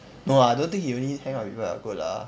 no ah I don't think he only hang out with people who are good lah